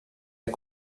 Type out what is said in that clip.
est